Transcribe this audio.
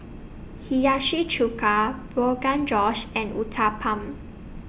Hiyashi Chuka Rogan Josh and Uthapam